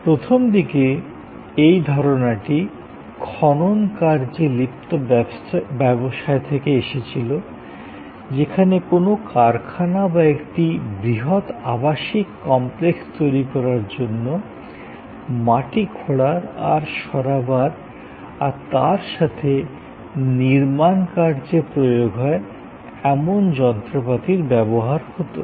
প্রথমদিকে এই ধারণাটি খনন কার্যে লিপ্ত ব্যবসায় থেকে এসেছিলো যেখানে কোনো কারখানা বা একটি বৃহত আবাসিক কমপ্লেক্স তৈরী করার জন্য মাটি খোঁড়ার আর সরাবার আর তার সাথে নির্মাণ কার্যে প্রয়োগ হয় এমন যন্ত্রপাতির ব্যবহার হতো